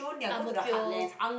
ang-mo-kio